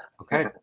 okay